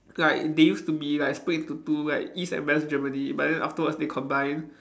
like they used to be like split into two like East and West Germany but then afterwards they combine